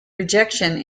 rejection